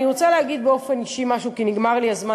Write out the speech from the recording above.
אני רוצה להגיד באופן אישי משהו, כי נגמר לי הזמן.